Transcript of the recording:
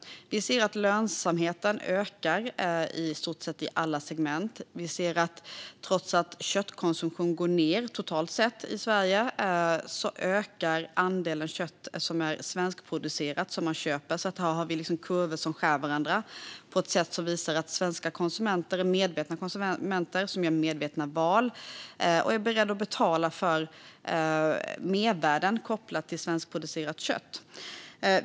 Lönsamheten ökar i stort sett i alla segment. Trots att köttkonsumtion totalt sett går ned i Sverige ökar andelen svenskproducerat kött som man köper. Här har vi alltså kurvor som skär varandra på ett sätt som visar att svenska konsumenter är medvetna konsumenter som gör medvetna val och är beredda att betala för de mervärden som svenskproducerat kött ger.